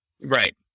Right